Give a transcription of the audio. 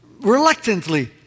reluctantly